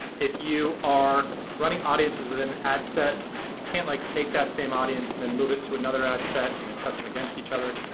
if you are running audiences with an ad set, you can't like take that same audience and then move it to another ad set and then test them against each other.